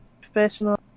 professional